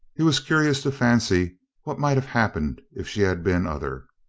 he was curious to fancy what might have hap pened if she had been other.